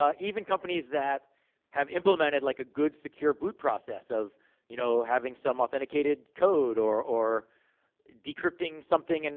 ah even companies that have implemented like a good, secure boot process, of you know having some authenticated code, or or decrypting something, and